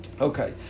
Okay